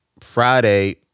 Friday